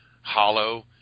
Hollow